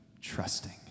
trusting